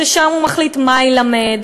ששם הוא מחליט מה יילמד,